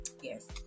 Yes